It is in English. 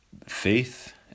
faith